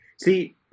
See